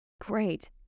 Great